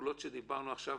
מהפעולות שדיברנו עליהן עכשיו